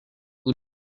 who